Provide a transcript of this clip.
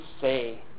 say